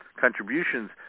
contributions